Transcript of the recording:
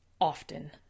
Often